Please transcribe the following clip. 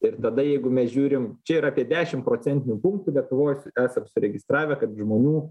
ir tada jeigu mes žiūrim čia yra apie dešim procentinių punktų lietuvoj esame suregistravę kad žmonių